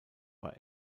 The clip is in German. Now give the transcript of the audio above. war